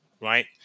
right